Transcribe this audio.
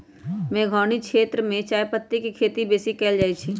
मेघौनी क्षेत्र में चायपत्ति के खेती बेशी कएल जाए छै